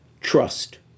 trust